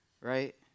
right